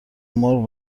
مرغ